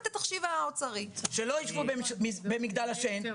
שלא יישבו במגדל השן,